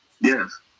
Yes